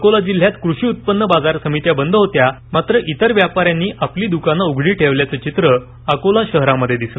अकोला जिल्ह्यात कृषी उत्पन्न बाजार समित्या बंद होत्या मात्र इतर व्यापाऱ्यांनी आपली दूकानं उघडी ठेवल्याचं चित्र अकोला शहरामध्ये दिसलं